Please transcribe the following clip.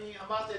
אמרתי,